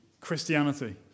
Christianity